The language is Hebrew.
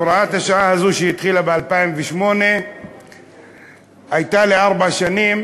הוראת השעה הזו שהתחילה ב-2008 הייתה לארבע שנים,